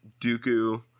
Dooku